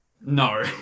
no